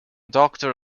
doctor